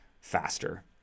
faster